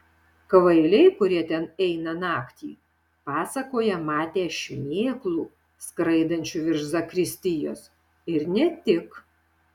kvailiai kurie ten eina naktį pasakoja matę šmėklų skraidančių virš zakristijos ir ne tik